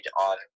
on